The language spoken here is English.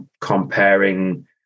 comparing